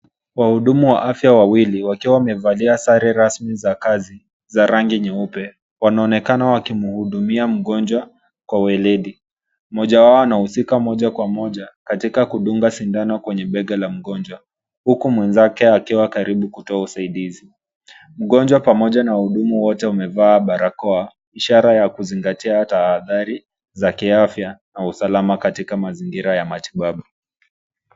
Wahudumu wa afya wawili wakiwa wamevalia sare rasmi za kazi za rangi nyeupe wanaonekana wakimhudumia mgonjwa kwa uledi, mmoja wao anahusika moja kwa moja katika kudunga sindano kwenye bega la mgonjwa huku mwenzake akiwa karibu kutoa usaidizi .Mgonjwa pamoja na wahudumu wote wamevaa barakoa ishara ya kuzingatia tahadhari za kiafya na usalama katika mazingira ya matibabu.